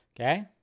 Okay